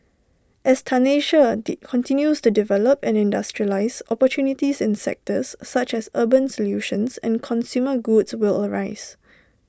as Tanzania Di continues to develop and industrialise opportunities in sectors such as urban solutions and consumer goods will arise